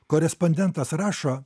korespondentas rašo